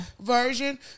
version